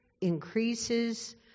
increases